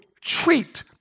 treat